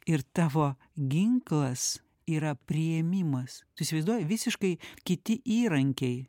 ir tavo ginklas yra priėmimas tu įsivaizduoji visiškai kiti įrankiai